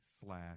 slash